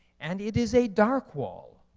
and it is a dark wall.